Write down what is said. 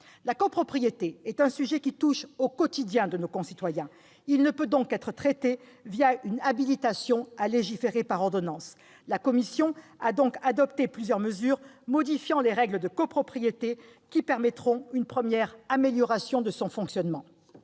La copropriété est un sujet qui touche au quotidien de nos concitoyens. Il ne peut être traité une habilitation à légiférer par ordonnances. La commission a donc adopté plusieurs mesures modifiant les règles de copropriété qui permettront une première amélioration de son fonctionnement.